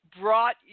brought